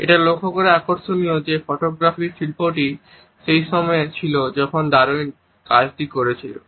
এটা লক্ষ্য করা আকর্ষণীয় যে ফটোগ্রাফির শিল্পটি সেই সময়ে ছিল যখন ডারউইন কাজ করছিলেন